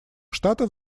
штатов